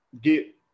get